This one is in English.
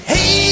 Hey